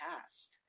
past